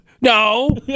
No